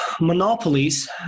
Monopolies